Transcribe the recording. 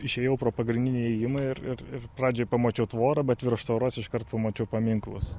išėjau pro pagrindinį įėjimą ir ir ir pradžioj pamačiau tvorą bet virš tvoros iškart pamačiau paminklus